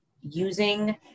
using